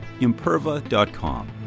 imperva.com